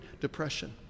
Depression